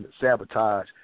sabotage